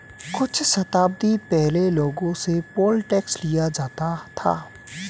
कुछ शताब्दी पहले लोगों से पोल टैक्स लिया जाता था